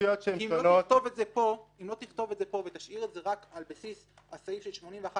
כי אם לא תכתוב את זה פה ותשאיר את זה רק על הבסיס הסעיף של 81א4,